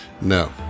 No